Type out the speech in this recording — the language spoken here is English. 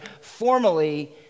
formally